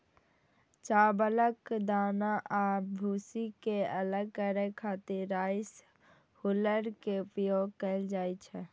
चावलक दाना आ भूसी कें अलग करै खातिर राइस हुल्लर के उपयोग कैल जाइ छै